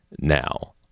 Now